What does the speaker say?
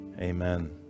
Amen